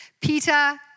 Peter